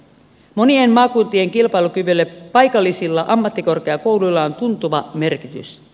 monien maakuntien kilpailukyvylle paikallisilla ammattikorkeakouluilla on tuntuva merkitys